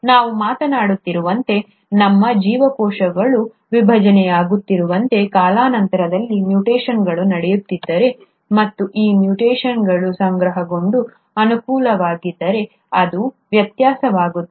ನಾವು ಮಾತನಾಡುತ್ತಿರುವಂತೆ ಮತ್ತು ನಮ್ಮ ಜೀವಕೋಶಗಳು ವಿಭಜನೆಯಾಗುತ್ತಿರುವಂತೆ ಕಾಲಾನಂತರದಲ್ಲಿ ಮ್ಯುಟೇಶನ್ಗಳು ನಡೆಯುತ್ತಿದ್ದರೆ ಮತ್ತು ಈ ಮ್ಯುಟೇಶನ್ಗಳು ಸಂಗ್ರಹಗೊಂಡು ಅನುಕೂಲಕರವಾಗಿದ್ದರೆ ಅದು ವ್ಯತ್ಯಾಸವಾಗುತ್ತದೆ